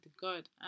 God